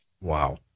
Wow